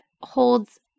holds